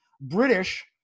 British